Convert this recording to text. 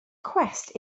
cwest